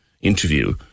interview